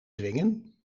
dwingen